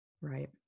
Right